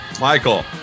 michael